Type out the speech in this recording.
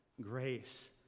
grace